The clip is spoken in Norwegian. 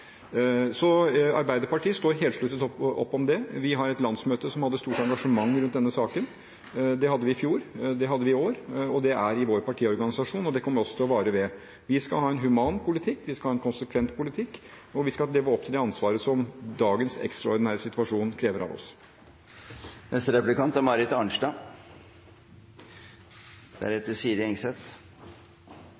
Så Arbeiderpartiet slutter helt opp om det. Vi hadde et landsmøte med stort engasjement rundt denne saken – det hadde vi i fjor, det hadde vi i år, det er i vår partiorganisasjon, og det kommer også til å vare ved. Vi skal ha en human politikk, vi skal ha en konsekvent politikk, og vi skal leve opp til det ansvaret som dagens ekstraordinære situasjon krever av oss.